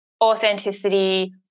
authenticity